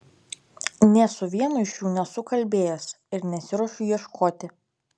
nė su vienu iš jų nesu kalbėjęs ir nesiruošiu ieškoti